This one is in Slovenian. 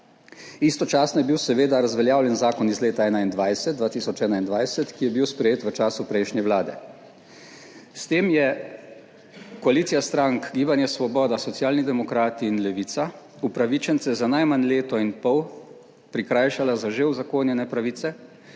Istočasno je bil seveda razveljavljen zakon iz leta 2021, ki je bil sprejet v času prejšnje Vlade. S tem je koalicija strank Gibanje svoboda, Socialni demokrati in Levica upravičence za najmanj leto in pol prikrajšala za že uzakonjene pravice